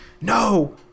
No